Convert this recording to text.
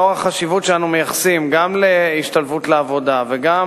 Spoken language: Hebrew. לאור החשיבות שאנחנו מייחסים גם להשתלבות בעבודה וגם